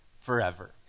forever